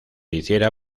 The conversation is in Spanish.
hiciera